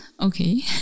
okay